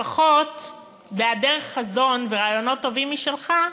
בהיעדר חזון ורעיונות טובים משלך,